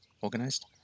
organized